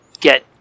get